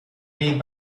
made